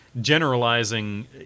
generalizing